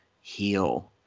heal